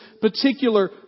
particular